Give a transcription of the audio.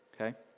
okay